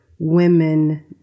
women